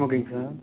ஓகேங்க சார்